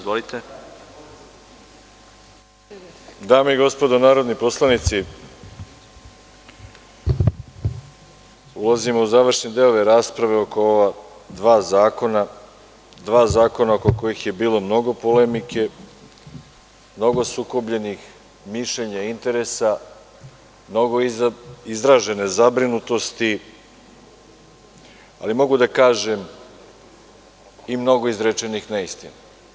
Dame i gospodo narodni poslanici, ulazimo u završni deo ove rasprave oko dva zakona oko kojih je bilo mnogo polemike, mnogo sukobljenih mišljenja i interesa, mnogo izražene zabrinutosti, ali mogu da kažem i mnogo izrečenih neistina.